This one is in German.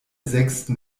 sechsten